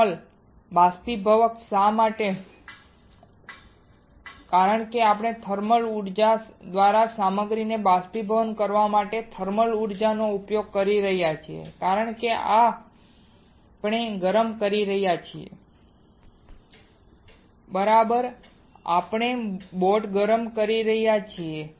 thermal બાષ્પીભવક શા માટે કારણ કે આપણે થર્મલ ઉર્જા દ્વારા સામગ્રીને બાષ્પીભવન કરવા માટે થર્મલ ઉર્જાનો ઉપયોગ કરી રહ્યા છીએ કારણ કે આપણે ગરમ કરી રહ્યા છીએ બરાબર આપણે બોટ ગરમ કરી રહ્યા છીએ